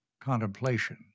contemplation